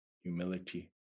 humility